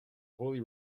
holy